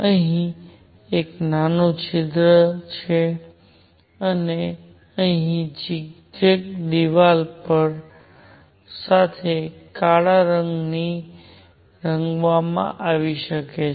અહીં એક નાનું છિદ્ર અને અહીં ઝિગઝેગ દિવાલ સાથે કદાચ અંદર કાળા રંગથી રંગવામાં આવી શકે છે